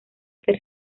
ser